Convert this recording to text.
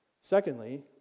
Secondly